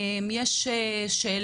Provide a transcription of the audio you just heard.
אם יש שאלות,